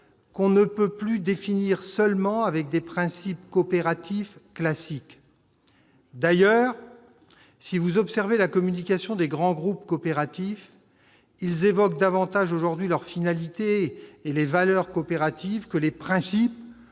qu'on ne peut plus définir seulement avec les principes coopératifs classiques. D'ailleurs, dans leur communication, les grands groupes coopératifs évoquent davantage aujourd'hui leur finalité et les valeurs coopératives que les principes